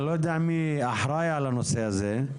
אני לא יודע מי אחראי על הנושא הזה,